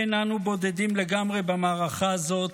אין אנו בודדים לגמרי במערכה הזאת,